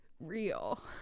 real